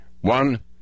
one